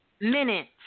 minutes